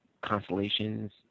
constellations